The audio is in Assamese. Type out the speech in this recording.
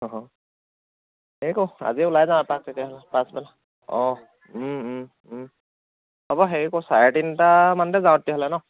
অঁ হেৰি কৰোঁ আজিয়ে ওলাই যাওঁ এপাক তেতিয়াহ'লে পাছবেলা অঁ হ'ব হেৰি কৰোঁ চাৰে তিনিটামানতে যাওঁ তেতিয়াহ'লে ন